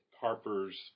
Harper's